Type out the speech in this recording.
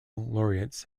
laureates